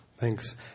Thanks